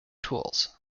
tools